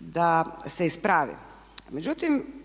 da se ispravi. Međutim,